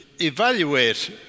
evaluate